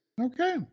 Okay